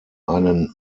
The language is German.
einen